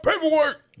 paperwork